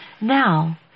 Now